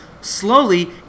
Slowly